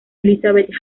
elizabeth